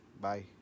Bye